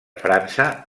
frança